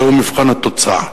זהו מבחן התוצאה.